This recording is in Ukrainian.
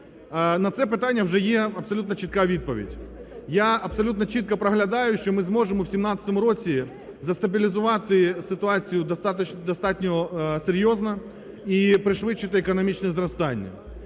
На це питання вже є абсолютно чітка відповідь, я абсолютно чітко проглядаю, що ми зможемо у 2017 році застабілізувати ситуацію достатньо серйозно і пришвидшити економічне зростання.